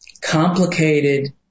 complicated